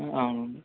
అవునండి